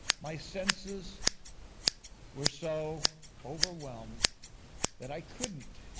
my senses were so overwhelmed that i couldn't